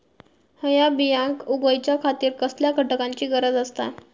हया बियांक उगौच्या खातिर कसल्या घटकांची गरज आसता?